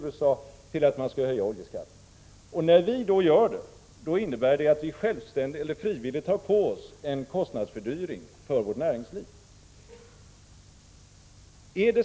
Där finns inga tecken på att man skall höja oljeskatten. När vi då gör det innebär det att vi frivilligt tar på oss en kostnadsfördyring för vårt näringsliv.